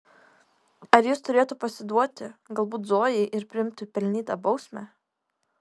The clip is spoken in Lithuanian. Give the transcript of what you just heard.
ar jis turėtų pasiduoti galbūt zojai ir priimti pelnytą bausmę